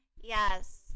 Yes